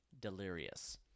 Delirious